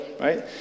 right